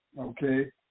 okay